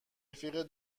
رفیق